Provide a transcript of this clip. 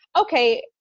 okay